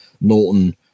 Norton